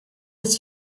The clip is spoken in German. dass